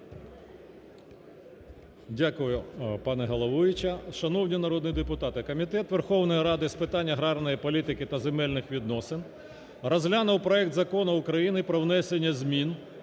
Дякую, пані головуюча. Шановні народні депутати, Комітет Верховної Ради з питань аграрної політики та земельних відносин розглянув проект Закону України про внесення змін